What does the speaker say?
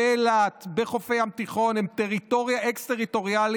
באילת ובחופי הים התיכון הם טריטוריה אקס-טריטוריאלית,